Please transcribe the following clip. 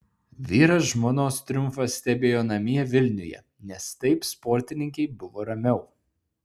vyras žmonos triumfą stebėjo namie vilniuje nes taip sportininkei buvo ramiau